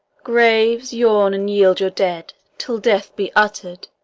graves, yawn and yield your dead, till death be uttered,